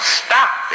stop